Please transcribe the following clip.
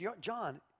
John